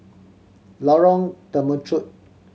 Lorong Temechut